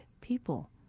people